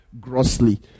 grossly